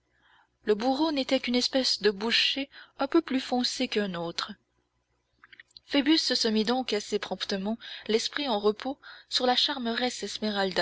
le bourreau n'était qu'une espèce de boucher un peu plus foncé qu'un autre phoebus se mit donc assez promptement l'esprit en repos sur la